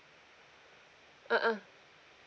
ah ah